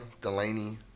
Delaney